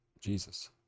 Jesus